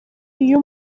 iyo